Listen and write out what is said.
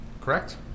Correct